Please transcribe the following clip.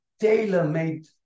tailor-made